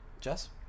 Jess